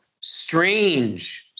strange